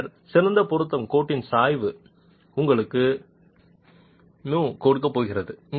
பின்னர் சிறந்த பொருத்த கோட்டின் சாய்வு உங்களுக்கு μ கொடுக்கப் போகிறது